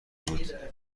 بود